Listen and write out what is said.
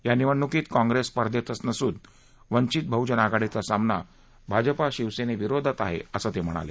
या निवडण्कीत काँग्रेस स्पर्धेतच नसून वंचित बहजन आघाडीचा सामना भाजपा शिवसेने विरोधात आहे असं ते म्हणाले